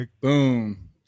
Boom